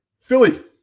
Philly